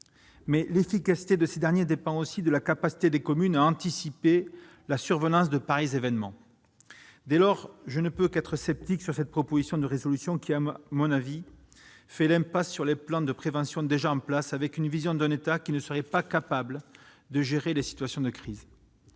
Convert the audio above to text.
Mais celle-ci dépend aussi de la capacité des communes à anticiper la survenance de pareils événements. Dès lors, je ne peux qu'être sceptique à l'égard de cette proposition de résolution qui, à mon sens, fait l'impasse sur les plans de prévention déjà en place et repose sur l'hypothèse que l'État ne serait pas capable de gérer des situations de crise.